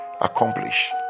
accomplish